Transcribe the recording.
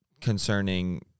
concerning